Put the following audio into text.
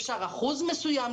אפשר לשלוח אחוז מסוים,